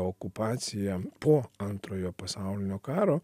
okupaciją po antrojo pasaulinio karo